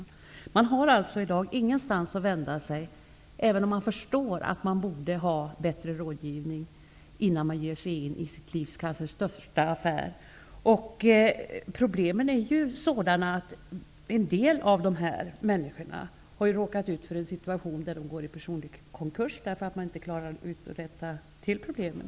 I dag har konsumenterna ingenstans att vända sig, även om de förstår att de borde ha bättre rådgivning innan de ger sig in i sitt livs kanske största affär. En del av dessa människor går i personlig konkurs därför att de inte klarar av att rätta till problemen.